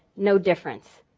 no difference.